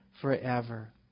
forever